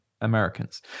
Americans